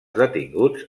detinguts